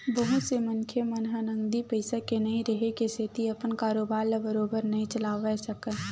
बहुत से मनखे मन ह नगदी पइसा के नइ रेहे के सेती अपन कारोबार ल बरोबर नइ चलाय सकय